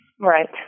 Right